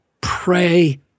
pray